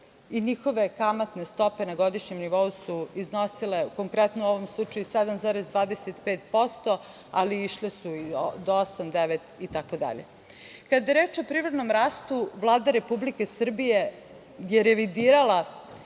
i njihove kamatne stope na godišnjem nivou su iznosile, konkretno u ovom slučaju 7,25%, ali išle su i do 8%, 9% itd. Kada je reč o privrednom rastu Vlada Republike Srbije je revidirala